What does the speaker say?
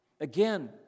Again